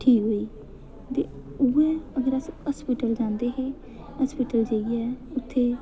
ठीक होई ते उ'ऐ अगर अस अस्पताल जंदे हे अस्पताल जाइयै ते